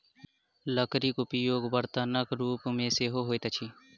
लकड़ीक उपयोग बर्तनक रूप मे सेहो होइत अछि